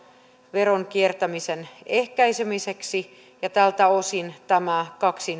veronkiertämisen ehkäisemiseksi tältä osin tämä